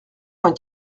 vingt